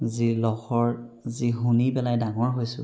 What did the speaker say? যি লহৰ যি শুনি পেলাই ডাঙৰ হৈছোঁ